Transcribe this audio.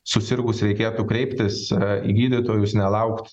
susirgus reikėtų kreiptis į gydytojus nelaukt